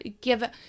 give